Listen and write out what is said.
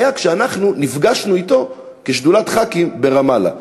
היה כשאנחנו נפגשנו אתו כשדולת ח"כים ברמאללה.